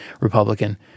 Republican